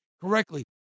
correctly